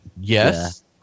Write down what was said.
Yes